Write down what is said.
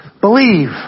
believe